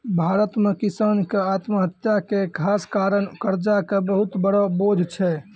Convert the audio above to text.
भारत मॅ किसान के आत्महत्या के खास कारण कर्जा के बहुत बड़ो बोझ छै